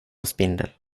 spindel